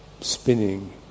spinning